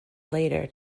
later